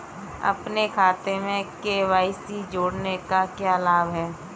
अपने खाते में के.वाई.सी जोड़ने का क्या लाभ है?